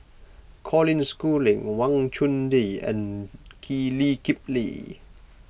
Colin Schooling Wang Chunde and Lee Kip Lee